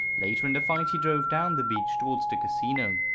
later in the fight he drove down the beach towards the casino.